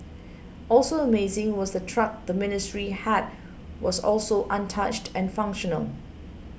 also amazing was the truck the Ministry had was also untouched and functional